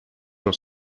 els